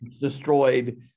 Destroyed